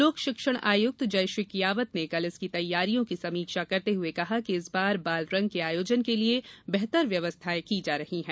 लोक शिक्षण आयुक्त जयश्री कियावत ने कल इसकी तैयारियों की समीक्षा करते हुए कहा कि इस बार बालरंग के आयोजन के लिए बेहतर व्यवस्थायें की जा रही हैं